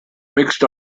mixed